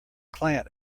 client